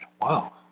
Wow